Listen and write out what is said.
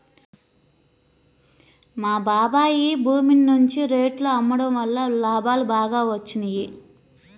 మా బాబాయ్ భూమిని మంచి రేటులో అమ్మడం వల్ల లాభాలు బాగా వచ్చినియ్యి